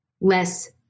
less